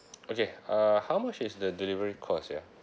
okay uh how much is the delivery cost ya